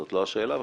זאת לא השאלה בכלל,